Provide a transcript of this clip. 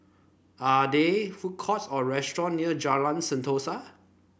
are there food courts or restaurant near Jalan Sentosa